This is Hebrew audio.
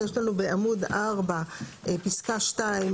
בעמוד 4 יש לנו פסקה (2),